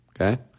Okay